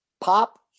Pop